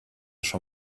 schon